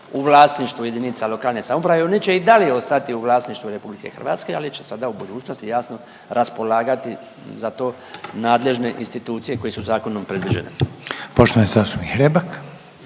u vlasništvu jedinica lokalne samouprave. Oni će i dalje ostati u vlasništvu RH ali će sada u budućnosti jasno raspolagati za to nadležne institucije koje su zakonom predviđene. **Reiner, Željko